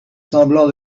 semblant